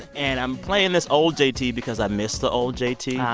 and i'm playing this old j t. because i miss the old j t.